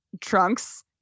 trunks